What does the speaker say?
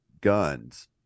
guns